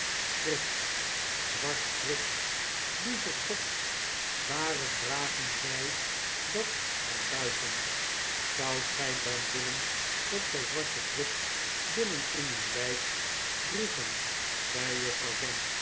krip zwart krip lieve god waarom dragen zij dat van buiten zoudt gij dan willen dat zij zwart krip binnen in hun lijf droegen zei juffrouw